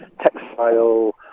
textile